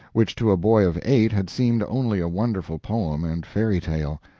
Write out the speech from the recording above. which to a boy of eight had seemed only a wonderful poem and fairy-tale.